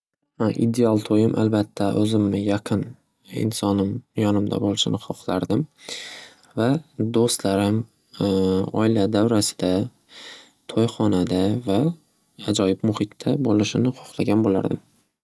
Ideal to'yim albatta o'zimni yaqin insonim yonimda bo'lishini xohlardim va do'stlarim oila, davrasida toyxonada va ajoyib muhitda bo'lishini xohlagan bo'lardim.